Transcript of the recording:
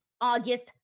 August